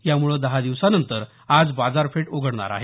यामुळे दहा दिवसानंतर आज बाजारपेठा उघडणार आहेत